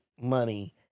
money